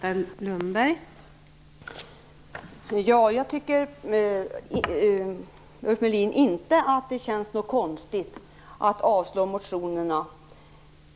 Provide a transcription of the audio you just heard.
Fru talman! Jag tycker inte, Ulf Melin, att det känns konstigt att yrka avslag på reservationerna.